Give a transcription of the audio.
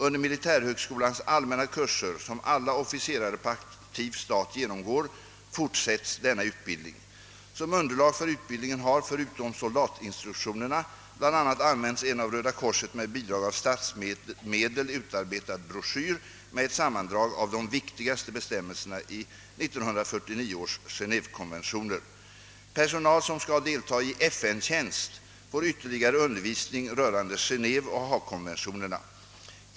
Under militärhögskolans allmänna kurser, som alla officerare på aktiv stat genomgår, fortsätts denna utbildning. | Som underlag för utbildningen har, förutom soldatinstruktionerna, bl.a. använts en av Röda korset med bidrag av statsmedel utarbetad broschyr med ett sammandrag av de viktigaste bestämmelserna i 1949 års Genévekonventioner. Personal, som skall delta i FN-tjänst, får ytterligare undervisning rörande Genéveoch Haagkonventionerna.